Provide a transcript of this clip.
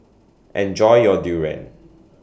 Enjoy your Durian